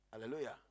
Hallelujah